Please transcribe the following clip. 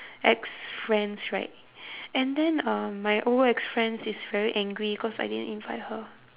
ex friends right and then um my old ex friends is very angry cause I didn't invite her